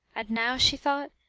and now, she thought,